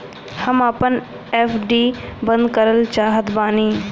हम आपन एफ.डी बंद करल चाहत बानी